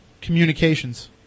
communications